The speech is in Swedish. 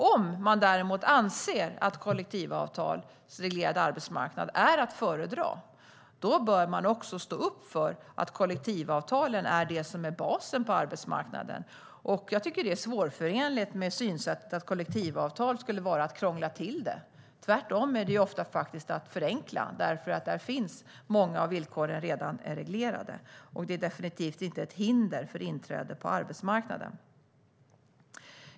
Om man däremot anser att kollektivavtalsreglerad arbetsmarknad är att föredra bör man också stå upp för att kollektivavtalen är det som är basen på arbetsmarknaden. Jag tycker att det är svårförenligt med synsättet att kollektivavtal skulle vara att krångla till det. Tvärtom är det oftast att förenkla, eftersom många av villkoren redan finns reglerade där. Det är definitivt inte ett hinder för inträde på arbetsmarknaden.